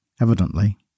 evidently